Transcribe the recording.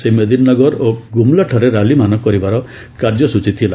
ସେ ମେଦିନୀ ନଗର ଓ ଗ୍ରମ୍ଲାଠାରେ ର୍ୟାଲିମାନ କରିବାର କାର୍ଯ୍ୟସ୍ଟଚୀ ଥିଲା